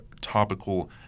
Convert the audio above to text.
topical